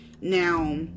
Now